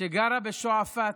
שגרה בשועפאט.